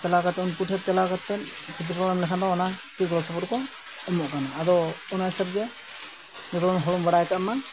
ᱪᱟᱞᱟᱣ ᱠᱟᱛᱮᱫ ᱩᱱᱠᱩ ᱴᱷᱮᱱ ᱪᱟᱞᱟᱣ ᱠᱟᱛᱮᱫ ᱠᱷᱚᱛᱤ ᱯᱩᱨᱚᱱ ᱞᱟᱦᱟ ᱫᱚ ᱚᱱᱟ ᱠᱤ ᱜᱚᱲᱚ ᱥᱚᱯᱚᱲ ᱠᱚ ᱮᱢᱚᱜ ᱠᱟᱱᱟ ᱟᱫᱚ ᱚᱱᱟ ᱦᱤᱥᱟᱹᱵᱽ ᱜᱮ ᱡᱚᱛᱚᱨᱮᱱ ᱦᱚᱲ ᱵᱚ ᱵᱟᱲᱟᱭ ᱠᱟᱜ ᱢᱟ